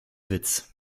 witz